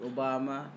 Obama